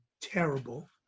terrible